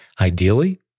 Ideally